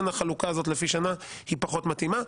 החלוקה הזאת לפי שנה היא פחות מתאימה,